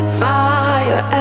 fire